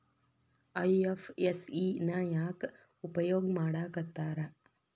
IFSC ನ ಯಾಕ್ ಉಪಯೊಗ್ ಮಾಡಾಕತ್ತಾರ?